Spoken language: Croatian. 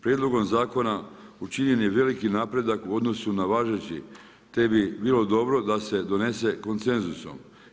Prijedlogom zakona učinjen je veliki napredak u odnosu na važeći, te bi bilo dobro da se donese koncensusom.